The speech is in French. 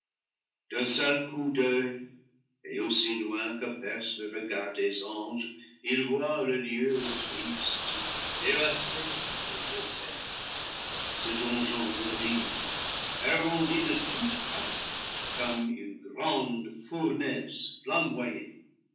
d'un seul coup d'oeil et aussi loin que perce le regard des anges il voit le lieu triste dévasté et désert ce donjon horrible arrondi de toute part comme une grande fournaise